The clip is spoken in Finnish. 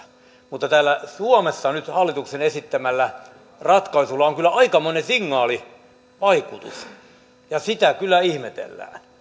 mutta täällä suomessa nyt hallituksen esittämällä ratkaisulla on kyllä aikamoinen signaalivaikutus sitä kyllä ihmetellään